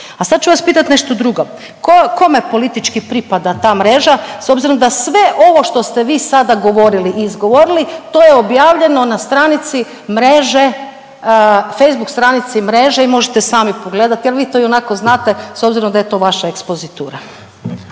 a sad ću vas pitati nešto drugo. Kome politički pripada ta mreža s obzirom da sve ovo što ste vi sada govorili i izgovorili, to je objavljeno na stranici mreže, Facebook stranici mreže i možete sami pogledati, ali vi to ionako znate s obzirom da je to vaša ekspozitura.